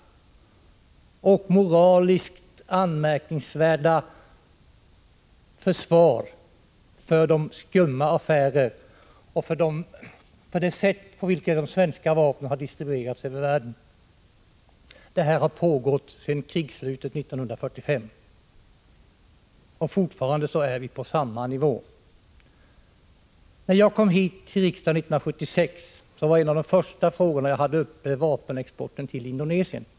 1985/86:146 moraliskt anmärkningsvärda försvar för de skumma affärerna och för det sätt 21 maj 1986 på vilket de svenska vapnen har distribuerats över världen. £ Granskning av statsrå Det här har pågått sedan krigsslutet 1945, och fortfarande är vi på samma denied SR nivå. När jag kom till riksdagen 1976 var en av de första frågorna jag hade EAS döRsteuleyrenE m.m. uppe vapenexporten till Indonesien.